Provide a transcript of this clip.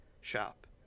shop